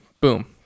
Boom